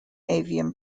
avian